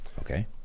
Okay